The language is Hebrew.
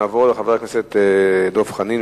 נעבור לחבר הכנסת דב חנין,